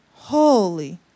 Holy